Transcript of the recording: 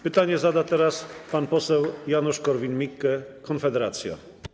Pytanie zada teraz pan poseł Janusz Korwin-Mikke, Konfederacja.